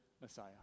Messiah